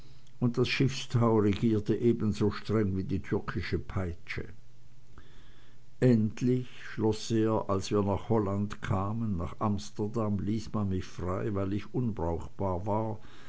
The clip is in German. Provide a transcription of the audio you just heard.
und das schiffstau regierte ebenso streng wie die türkische peitsche endlich schloß er als wir nach holland kamen nach amsterdam ließ man mich frei weil ich unbrauchbar war